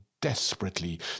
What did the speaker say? desperately